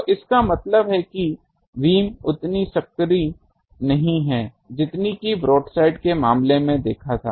तो इसका मतलब है कि बीम उतनी संकरी नहीं है जितनी की ब्रोडसाइड के मामले में था